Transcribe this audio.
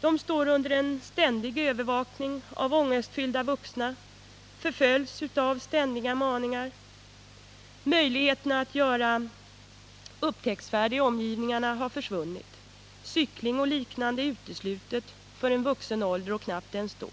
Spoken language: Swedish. De står under en ständig övervakning av ångestfyllda vuxna, de förföljs av ständiga varningar. Möjligheterna att göra upptäcktsfärder i omgivningarna har försvunnit. Cykling och liknande har de ingen möjlighet till före vuxen ålder — och knappt ens då.